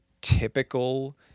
typical